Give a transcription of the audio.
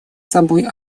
собой